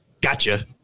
gotcha